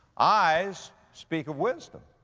eyes speak of wisdom.